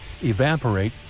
evaporate